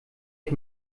ich